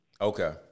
Okay